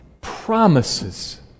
Promises